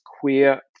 queer